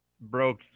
Broke